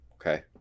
Okay